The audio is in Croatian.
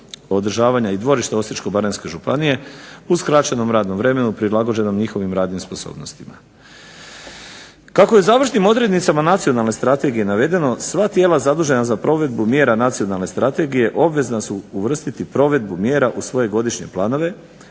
održavanja i dvorišta Osječko-baranjske županije u skraćenom radnom vremenu, prilagođenom njihovim radnim sposobnostima. Kako je završnim odrednicama nacionalne strategije navedeno, sva tijela zadužena za provedbu mjera nacionalne strategije obvezna su uvrstiti provedbu mjera u svoje godišnje planove